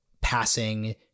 passing